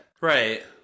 Right